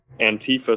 Antifa